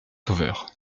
sauveur